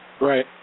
Right